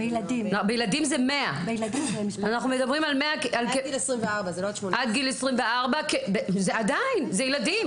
בילדים זה 100. עד גיל 24, זה לא עד 18. זה ילדים.